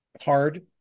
hard